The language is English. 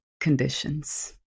conditions